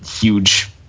huge